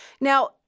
Now